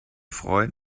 freuen